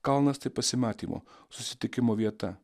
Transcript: kalnas tai pasimatymo susitikimo vieta